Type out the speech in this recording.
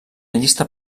llista